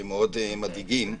שמאוד מדאיגים.